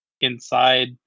inside